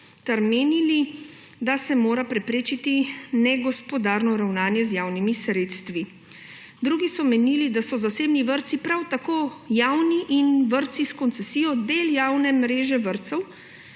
ter menili, da se mora preprečiti negospodarno ravnanje z javnimi sredstvi. Drugi so menili, da so zasebni vrtci prav tako kot javni in vrtci s koncesijo del javne mreže vrtcev